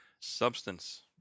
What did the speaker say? substance